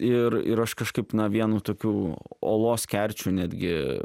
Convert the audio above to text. ir ir aš kažkaip na vienu tokių olos kerčių netgi